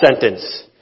sentence